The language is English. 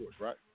right